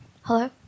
Hello